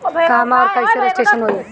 कहवा और कईसे रजिटेशन होई?